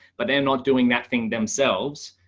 but they're not doing that thing themselves,